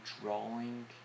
drawing